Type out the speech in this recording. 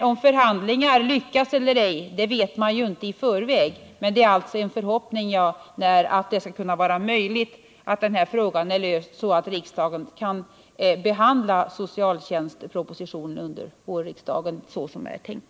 Om förhandlingar lyckas eller ej vet man ju inte i förväg. Det är alltså en förhoppning jag när att denna fråga skall kunna vara löst, så att riksdagen kan behandla socialtjänstpropositionen under våren så som det är tänkt.